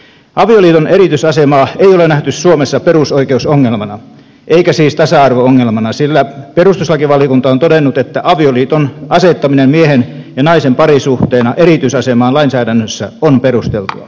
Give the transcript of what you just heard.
avioliiton erityisasemaa ei ole nähty suomessa perusoikeusongelmana eikä siis tasa arvo ongelmana sillä perustuslakivaliokunta on todennut että avioliiton asettaminen miehen ja naisen parisuhteena erityisasemaan lainsäädännössä on perusteltua